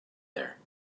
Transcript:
there